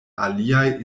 aliaj